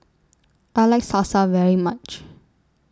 I like Salsa very much